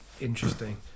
interesting